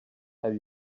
have